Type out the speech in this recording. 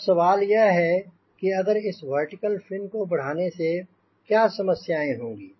अब सवाल यह है कि अगर इस वर्टिकल फिन को बढ़ाने से क्या समस्याएंँ होंगी